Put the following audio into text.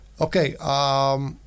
okay